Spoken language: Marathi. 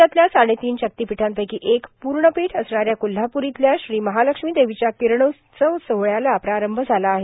राज्यातल्या साडेतीन शक्तिपीठांपैकां एक पूणपीठ असणाऱ्या कोल्हापूर इथल्या श्री महालक्ष्मी देवीच्या र्करणोत्सव सोहळ्याला प्रारंभ झाला आहे